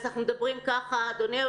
אנחנו מתחילים בישיבת ועדת החינוך כאן בכנסת.